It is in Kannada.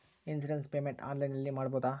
ಇನ್ಸೂರೆನ್ಸ್ ಪೇಮೆಂಟ್ ಆನ್ಲೈನಿನಲ್ಲಿ ಮಾಡಬಹುದಾ?